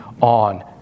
on